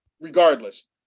regardless